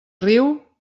riu